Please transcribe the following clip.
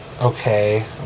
okay